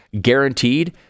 guaranteed